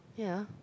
ya